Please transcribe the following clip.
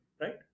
right